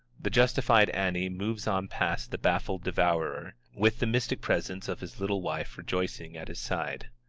the justified ani moves on past the baffled devourer, with the mystic presence of his little wife rejoicing at his side.